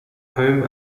home